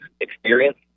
experience